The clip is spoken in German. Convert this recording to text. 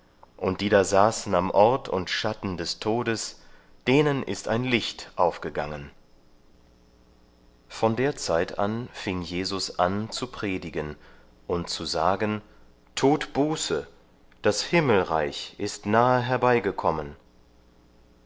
und die da saßen am ort und schatten des todes denen ist ein licht aufgegangen von der zeit an fing jesus an zu predigen und zu sagen tut buße das himmelreich ist nahe